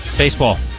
Baseball